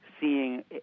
seeing